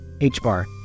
h-bar